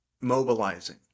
mobilizing